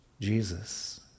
Jesus